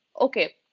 okay